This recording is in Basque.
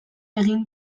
egin